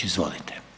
Izvolite.